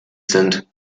sind